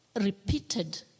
repeated